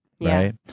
Right